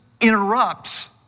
interrupts